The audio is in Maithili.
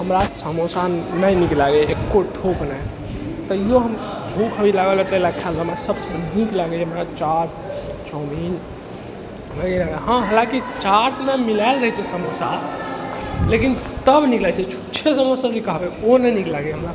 हमरा समोसा नहि नीक लागैए एको ठोप नही तैओ हम भूख भी लागल रहतै तेँ लऽ कऽ खा लेलहुँ सबसँ नीक हमरा लागैए चाट चाउमीन हँ हालाँकि चाटमे मिलाएल रहै छै समोसा लेकिन तब नीक लागै छै छुच्छे समोसा जे कहबै ओ नहि नीक लागैए हमरा